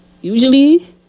usually